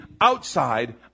outside